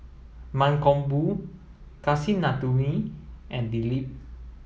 Mankombu Kasinadhuni and Dilip